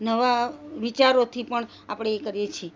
નવા વિચારોથી પણ આપણે એ કરીએ છીએ